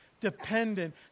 dependent